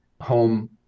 home